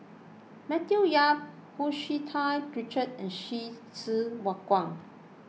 Matthew Yap Hu Tsu Tau Richard and Hsu Tse Kwang